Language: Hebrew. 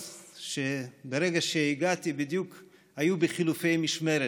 ברגע שהגעתי האחים והאחיות בדיוק היו בחילופי משמרת,